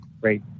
Great